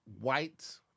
white